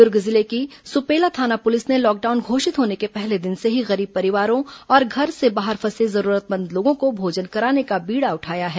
दुर्ग जिले की सुपेला थाना पुलिस ने लॉकडाउन घोषित होने के पहले दिन से ही गरीब परिवारों और घर से बाहर फंसे जरूरतमंद लोगों को भोजन कराने का बीड़ा उठाया है